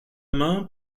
main